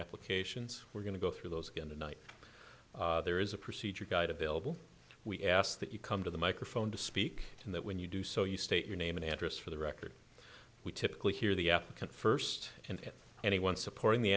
applications we're going to go through those again tonight there is a procedure guide available we ask that you come to the microphone to speak and that when you do so you state your name and address for the record we typically hear the first anyone supporting the